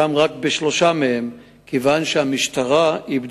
בגבעתיים, שבה 70,000 תושבים, יש תחנת משטרה.